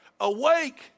Awake